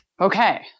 Okay